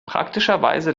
praktischerweise